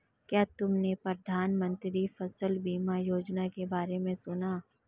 क्या तुमने प्रधानमंत्री फसल बीमा योजना के बारे में सुना?